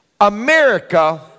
America